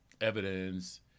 evidence